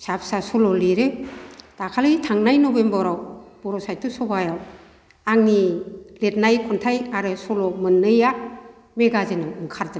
फिसा फिसा सल' लिरो दाखालै थांनाय नबेम्बराव बर' साहित्य सभायाव आंनि लिरनाय खन्थाइ आरो सल' मोन्नैया मेगाजिनाव ओंखारदों